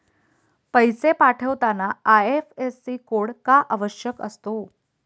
पैसे पाठवताना IFSC code का आवश्यक असतो?